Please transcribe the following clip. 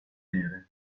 nere